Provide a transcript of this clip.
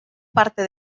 parte